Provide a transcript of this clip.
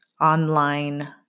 online